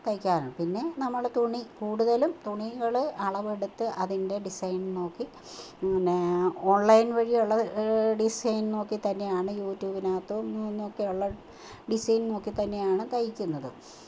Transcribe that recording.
തയ്ക്കാറുണ്ട് പിന്നെ നമ്മൾ തുണി കൂടുതലും തുണികൾ അളവെടുത്ത് അതിൻ്റെ ഡിസൈൻ നോക്കി പിന്നെ ഓൺലൈൻ വഴിയുള്ളത് ഡിസൈൻ നോക്കിത്തന്നെയാണ് യൂട്യൂബിനകത്തും നിന്നൊക്കെയുള്ള ഡിസൈൻ നോക്കിത്തന്നെയാണ് തൈക്കുന്നത്